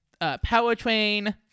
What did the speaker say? powertrain